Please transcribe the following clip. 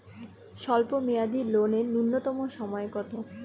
স্বল্প মেয়াদী লোন এর নূন্যতম সময় কতো?